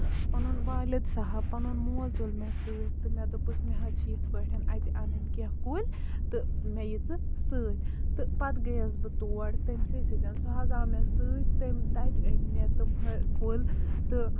پَنُن والِد صاحب پَنُن مول تُل مےٚ سۭتۍ تہٕ مےٚ دوپُس مےٚ حظ چھِ یِتھ پٲٹھۍ اَنٕنۍ کیٚنہہ کُلۍ تہٕ مےٚ یہِ ژٕ سۭتۍ تہٕ پَتہٕ گٔیس بہٕ تور تہٕ تٔمۍ سی سۭتۍ سُہ حظ آو مےٚ سۭتۍ تٔمۍ تَتہِ أنۍ مےٚ ہُم کُلۍ تہٕ